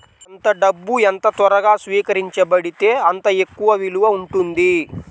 ఎంత డబ్బు ఎంత త్వరగా స్వీకరించబడితే అంత ఎక్కువ విలువ ఉంటుంది